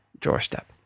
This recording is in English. doorstep